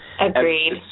Agreed